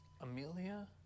Amelia